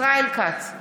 ישראל כץ,